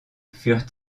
furent